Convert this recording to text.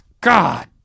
God